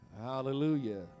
Hallelujah